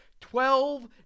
Twelve